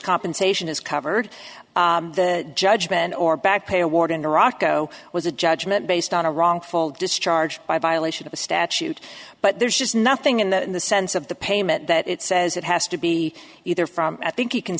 compensation is covered the judgment or bad pay award in iraq go was a judgment based on a wrongful discharge by violation of a statute but there's just nothing in that in the sense of the payment that it says it has to be either from at think